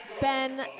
Ben